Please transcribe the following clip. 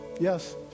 Yes